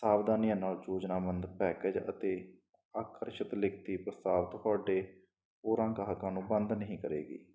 ਸਾਵਧਾਨੀਆਂ ਨਾਲ ਯੋਜਨਾਵਾਂ ਦਾ ਪੈਕੇਜ ਅਤੇ ਆਕਰਸ਼ਿਤ ਲਿਖਤੀ ਪ੍ਰਸਾਰ ਤੁਹਾਡੇ ਹੋਰਾਂ ਗਾਹਕਾਂ ਨੂੰ ਬੰਦ ਨਹੀਂ ਕਰੇਗੀ